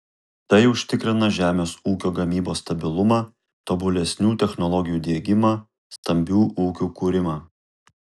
tai užtikrina žemės ūkio gamybos stabilumą tobulesnių technologijų diegimą stambių ūkių kūrimą